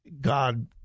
God